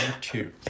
two